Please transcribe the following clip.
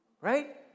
right